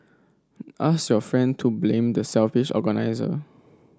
ask your friend to blame the selfish organiser